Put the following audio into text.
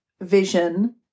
vision